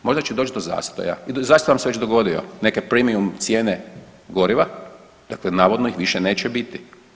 Možda će doći do zastoja, zastoj vam se već dogodio neke premium cijene goriva, dakle navodno ih više neće biti.